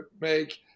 make